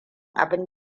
abin